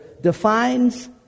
defines